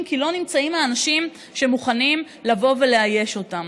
כי לא נמצאים האנשים שמוכנים לבוא ולאייש אותם.